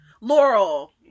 Laurel